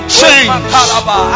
change